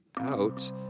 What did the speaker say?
out